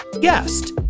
guest